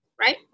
right